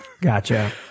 gotcha